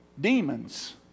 Demons